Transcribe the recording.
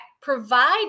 provide